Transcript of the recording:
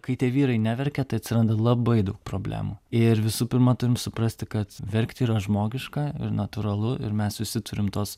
kai tie vyrai neverkia tai atsiranda labai daug problemų ir visų pirma turim suprasti kad verkti yra žmogiška ir natūralu ir mes visi turim tuos